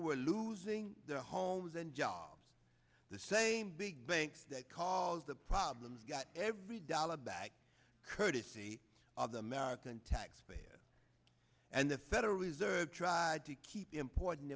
were losing their homes and jobs the same big banks that caused the problem got every dollar back courtesy of the american taxpayer and the federal reserve tried to keep important